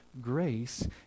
grace